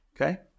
Okay